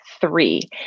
Three